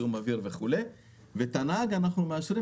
זיהום אוויר וכדומה; ואת הנהג אנחנו מאשרים